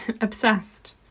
Obsessed